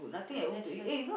I rest first